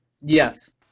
Yes